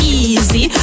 easy